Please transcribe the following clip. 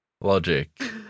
Logic